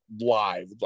live